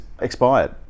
expired